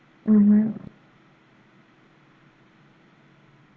mmhmm